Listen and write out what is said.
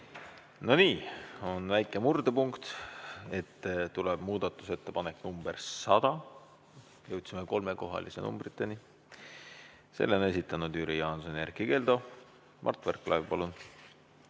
No nii. On väike murdepunkt, tuleb muudatusettepanek nr 100, jõudsime kolmekohaliste numbriteni. Selle on esitanud Jüri Jaanson ja Erkki Keldo. Mart Võrklaev, palun!